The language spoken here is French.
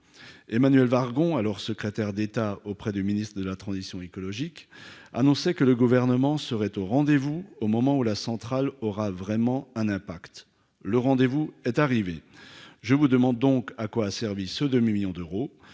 Emmanuelle Wargon, alors secrétaire d'État auprès du ministre de la transition écologique, avait annoncé que le Gouvernement « serait au rendez-vous au moment où l'arrêt de la centrale aura vraiment un impact ». Le rendez-vous est arrivé ... Monsieur le ministre, à quoi a servi ce demi-million d'euros